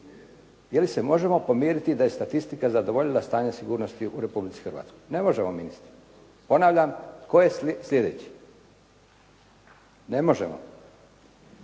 ili se možemo pomiriti da je statistika zadovoljila stanje sigurnosti u Republici Hrvatskoj. Ne možemo ministre. Ponavljam, tko je sljedeći. Kada je